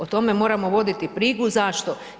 O tome moramo voditi brigu, zašto?